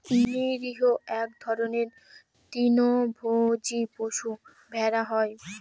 নিরীহ এক ধরনের তৃণভোজী পশু ভেড়া হয়